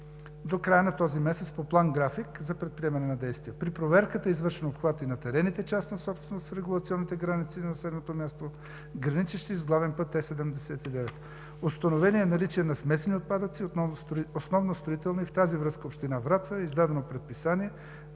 до края на този месец по план график. При проверката е извършен обхват и на терените – частна собственост, в регулационните граници на населеното място, граничещи с главен път Е-79. Установено е наличие на смесени отпадъци, основно строителни. В тази връзка на Община Враца е издадено предписание